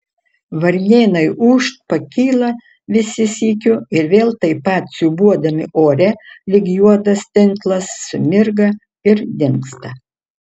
varnėnai ūžt pakyla visi sykiu ir vėl taip pat siūbuodami ore lyg juodas tinklas sumirga ir dingsta